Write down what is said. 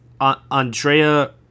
Andrea